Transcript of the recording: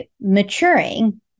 maturing